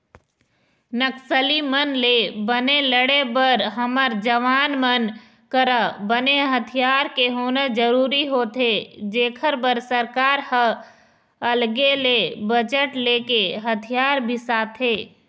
नक्सली मन ले बने लड़े बर हमर जवान मन करा बने हथियार के होना जरुरी होथे जेखर बर सरकार ह अलगे ले बजट लेके हथियार बिसाथे